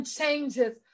changes